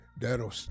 that'll